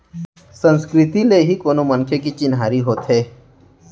संस्कृति ले ही कोनो मनखे के चिन्हारी होथे